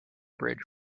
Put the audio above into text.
bridge